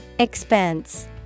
Expense